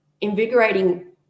invigorating